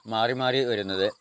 മാറി മാറി വരുന്നത്